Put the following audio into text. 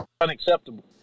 unacceptable